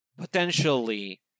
potentially